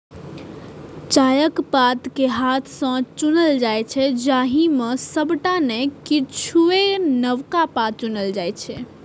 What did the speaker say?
चायक पात कें हाथ सं चुनल जाइ छै, जाहि मे सबटा नै किछुए नवका पात चुनल जाइ छै